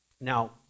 Now